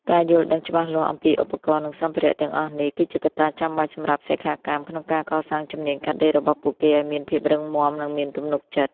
ការយល់ដឹងច្បាស់លាស់អំពីឧបករណ៍ និងសម្ភារៈទាំងអស់នេះ គឺជាកត្តាចាំបាច់សម្រាប់សិក្ខាកាមក្នុងការកសាងជំនាញកាត់ដេររបស់ពួកគេឱ្យមានភាពរឹងមាំ និងមានទំនុកចិត្ត។